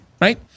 Right